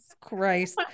Christ